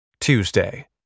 Tuesday